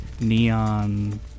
neon